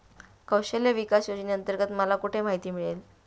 कौशल्य विकास योजनेअंतर्गत मला कुठे माहिती मिळेल?